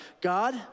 God